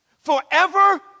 forever